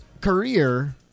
career